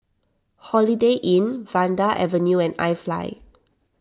Holiday Inn Vanda Avenue and iFly